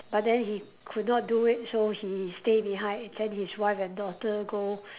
but then he could not do it so he stay behind then his wife and daughter go